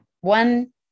One